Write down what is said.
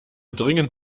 dringend